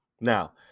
Now